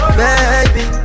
baby